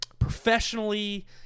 professionally